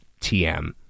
Tm